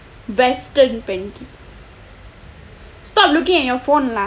western pancake stop looking at your phone lah